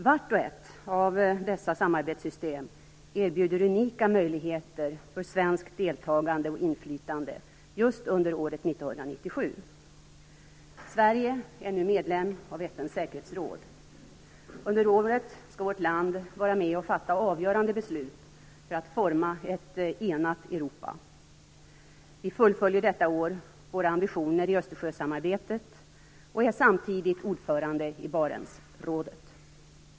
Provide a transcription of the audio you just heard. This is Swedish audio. Vart och ett av dessa samarbetssystem erbjuder unika möjligheter för svenskt deltagande och inflytande just under år 1997. Sverige är nu medlem av FN:s säkerhetsråd. Under året skall vårt land vara med och fatta avgörande beslut för att forma ett enat Europa. Vi fullföljer detta år våra ambitioner i Östersjösamarbetet och är samtidigt ordförande i Barentsrådet.